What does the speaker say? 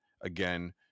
Again